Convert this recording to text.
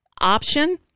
option